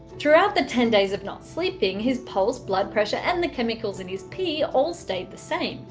throughout the ten days of not sleeping his pulse, blood pressure and the chemicals in his pee all stayed the same.